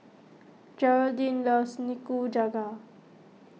Geraldine loves Nikujaga